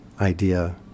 idea